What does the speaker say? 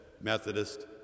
Methodist